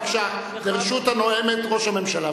בבקשה, ברשות הנואמת, ראש הממשלה,